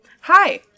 Hi